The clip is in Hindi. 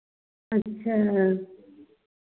अच्छा